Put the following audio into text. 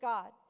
God